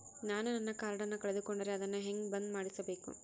ನಾನು ನನ್ನ ಕಾರ್ಡನ್ನ ಕಳೆದುಕೊಂಡರೆ ಅದನ್ನ ಹೆಂಗ ಬಂದ್ ಮಾಡಿಸಬೇಕು?